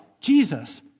Jesus